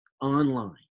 online